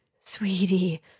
Sweetie